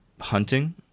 hunting